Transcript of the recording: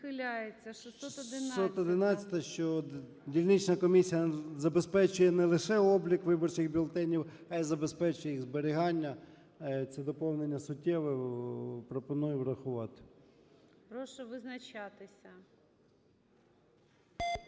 611-а, що дільнична комісія забезпечує не лише облік виборчих бюлетенів, а і забезпечує їх зберігання. Це доповнення суттєве, пропоную врахувати. ГОЛОВУЮЧИЙ. Прошу визначатися.